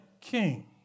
king